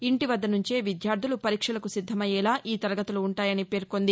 ఇంటి వద్ద నుంచే విద్యార్దులు పరీక్షలకు సిద్దమయ్యేలా ఈ తరగతులు ఉంటాయని పేర్కొంది